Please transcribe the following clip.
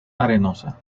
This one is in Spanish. arenosa